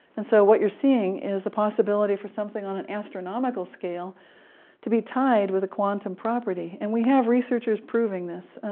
and so what you're seeing is the possibility for something on an astronomical scale to be tied with a quantum property. and we have researchers proving this.